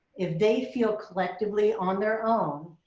if they feel collectively on their own,